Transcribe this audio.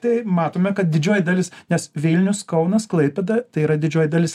tai matome kad didžioji dalis nes vilnius kaunas klaipėda tai yra didžioji dalis